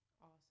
awesome